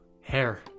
Hair